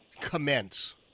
commence